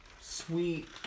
Sweet